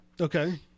Okay